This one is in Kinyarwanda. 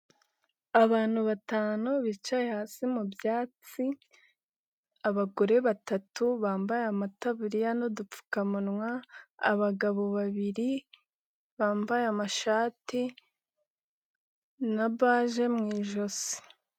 Abantu batanu bicaye hasi mu byatsi abagore batatu bambaye amataburiya n'udupfukamunwa, abagabo babiri bambaye amashati na baje mu ijosi.